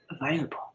available